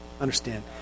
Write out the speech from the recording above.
understand